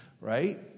right